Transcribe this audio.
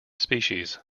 species